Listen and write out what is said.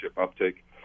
uptake